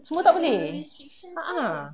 semua tak boleh ah ah